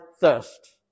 thirst